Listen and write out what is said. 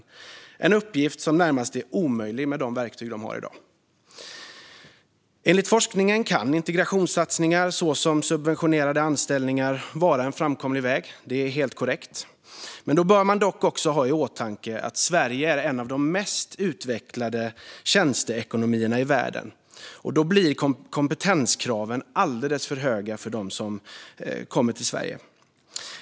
Det är en uppgift som närmast är omöjlig med de verktyg de har i dag. Enligt forskningen kan integrationssatsningar såsom subventionerade anställningar vara en framkomlig väg. Det är helt korrekt. Då bör man dock också ha i åtanke att Sverige är en av de mest utvecklade tjänsteekonomierna i världen, med kompetenskrav som är alldeles för höga för dem som kommer till Sverige.